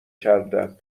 کردن